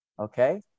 Okay